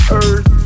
earth